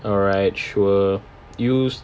alright sure you s~